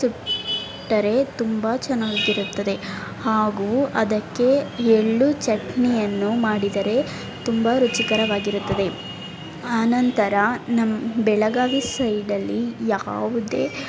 ಸುಟ್ಟರೆ ತುಂಬ ಚೆನ್ನಾಗಿರುತ್ತದೆ ಹಾಗೂ ಅದಕ್ಕೆ ಎಳ್ಳು ಚಟ್ನಿಯನ್ನು ಮಾಡಿದರೆ ತುಂಬ ರುಚಿಕರವಾಗಿರುತ್ತದೆ ಆ ನಂತರ ನಮ್ಮ ಬೆಳಗಾವಿ ಸೈಡಲ್ಲಿ ಯಾವುದೇ